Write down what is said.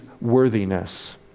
worthiness